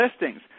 listings